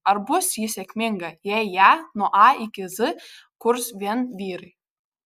ar bus ji sėkminga jei ją nuo a iki z kurs vien vyrai